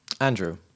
Andrew